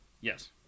Yes